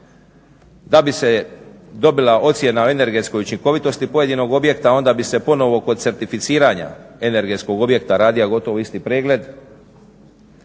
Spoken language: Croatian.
da bi se dobila ocjena o energetskoj učinkovitosti pojedinog objekta, a onda bi se ponovno kod certificiranja energetskog objekta radio gotovo isti pregled.